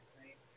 right